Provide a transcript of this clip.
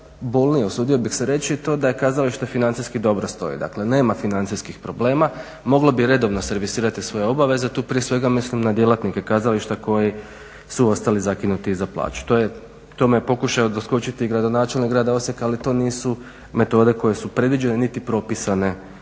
najbolnije, usudio bih se reći, to da kazalište financijski dobro stoji, dakle nema financijskih problema, moglo bi redovno servisirati svoje obaveze, tu prije svega mislim na djelatnike kazališta koji su ostali zakinuti za plaću. Tu je pokušao doskočiti gradonačelnik grada Osijeka, ali to nisu metode koje su predviđene niti propisane